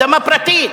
אדמה פרטית,